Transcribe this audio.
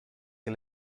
que